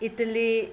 Italy